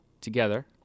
together